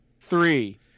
three